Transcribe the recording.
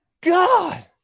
God